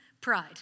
Pride